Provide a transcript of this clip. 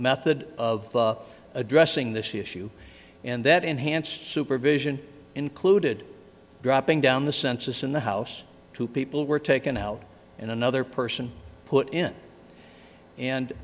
method of addressing this issue and that enhanced supervision included dropping down the census in the house two people were taken out and another person put in and